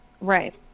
right